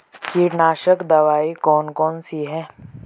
कीटनाशक दवाई कौन कौन सी हैं?